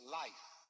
life